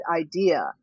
idea